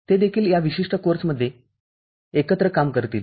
ते देखील या विशिष्ट कोर्समध्ये एकत्र काम करतील